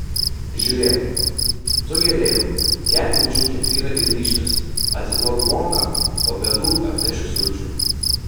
žiūrėk tu gėrėjau gerk greičiau kefyrą ir vyšnias atiduok bonką po pietų atnešiu sulčių